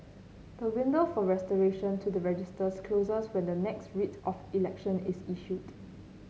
the window for restoration to the registers closes when the next Writ of Election is issued